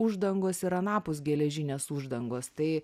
uždangos ir anapus geležinės uždangos tai